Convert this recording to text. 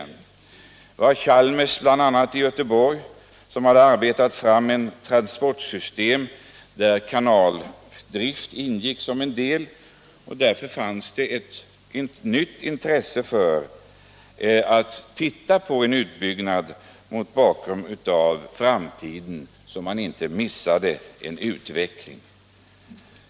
a. hade Chalmers i Göteborg arbetat fram ett transportsystem där kanaldrift ingick som en del. Därför fanns det ett nytt intresse för en utbyggnad med beaktande av framtida behov, så att man inte missade en utveckling.